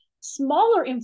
smaller